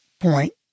point